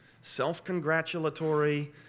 self-congratulatory